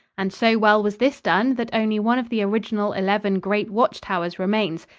and so well was this done that only one of the original eleven great watch-towers remains,